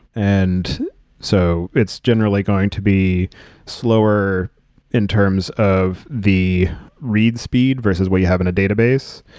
and so, it's generally going to be slower in terms of the read speed versus what you have in a database.